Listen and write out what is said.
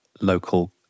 local